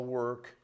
work